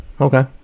okay